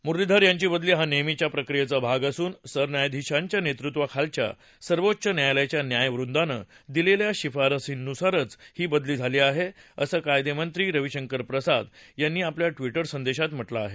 मुरलीधर यांची बदली हा नेहमीच्या प्रक्रियेचा भाग असून सरन्यायाधीशांच्या नेतृत्वाखालच्या सर्वोच्च न्यायालयाच्या न्यायवृंदानं दिलेल्या शिफारशींनुसार झाली आहे असं कायदेमंत्री रविशंकर प्रसाद यांनी ट्विटरवर म्हटलं आहे